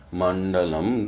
mandalam